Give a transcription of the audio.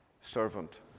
servant